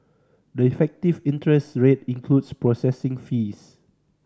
the effective interest rate includes processing fees